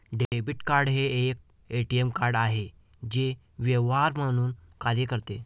debit card हे एक ATM card आहे जे व्यवहार म्हणून कार्य करते